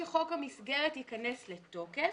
רק כשחוק המסגרת ייכנס לתוקף,